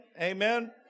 amen